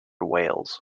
wales